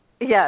Yes